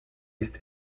ist